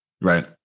Right